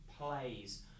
plays